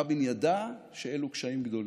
רבין ידע שאלו קשיים גדולים,